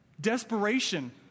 desperation